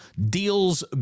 deals